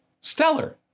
Stellar